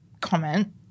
comment